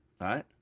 right